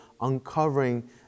uncovering